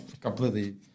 completely